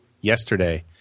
yesterday